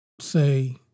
say